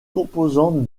composante